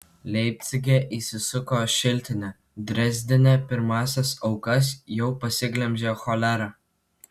leipcige įsisuko šiltinė drezdene pirmąsias aukas jau pasiglemžė cholera